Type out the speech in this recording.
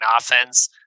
offense